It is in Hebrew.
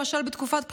למשל בתקופת בחירות,